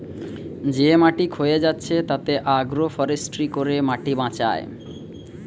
যে মাটি ক্ষয়ে যাচ্ছে তাতে আগ্রো ফরেষ্ট্রী করে মাটি বাঁচায়